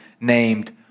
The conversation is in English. named